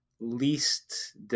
least